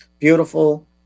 beautiful